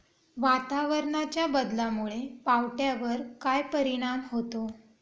वातावरणाच्या बदलामुळे पावट्यावर काय परिणाम होतो?